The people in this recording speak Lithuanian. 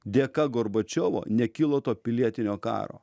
dėka gorbačiovo nekilo to pilietinio karo